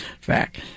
fact